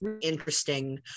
interesting